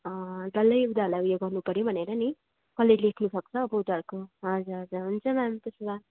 डल्लै उनीहरूलाई उयो गर्नु पर्यो भनेर नि कसले लेख्नु सक्छ अब उनीहरूको हजुर हजुर हुन्छ म्याम त्यसो भए